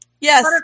Yes